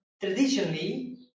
traditionally